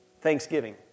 Thanksgiving